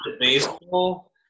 Baseball